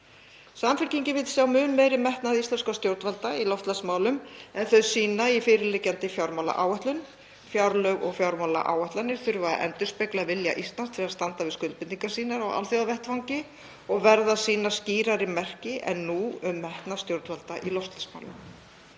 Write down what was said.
Samfylkingin vill sjá mun meiri metnað íslenskra stjórnvalda í loftslagsmálum en þau sýna í fyrirliggjandi fjármálaáætlun. Fjárlög og fjármálaáætlanir þurfa að endurspegla vilja Íslands til að standa við skuldbindingar sínar á alþjóðavettvangi og verða að sýna skýrari merki en nú um metnað stjórnvalda í loftslagsmálum.